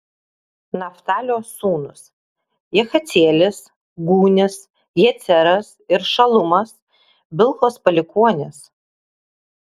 naftalio sūnūs jahacielis gūnis jeceras ir šalumas bilhos palikuonys